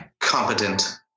competent